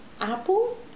apple